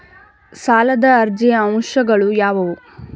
ಸಾಲದ ಅರ್ಜಿಯ ಅಂಶಗಳು ಯಾವುವು?